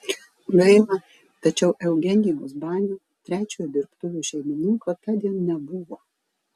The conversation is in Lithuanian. gaila tačiau eugenijaus banio trečiojo dirbtuvių šeimininko tądien nebuvo